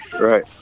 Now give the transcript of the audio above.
Right